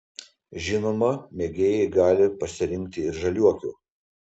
žinoma mėgėjai gali pasirinkti ir žaliuokių